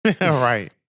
Right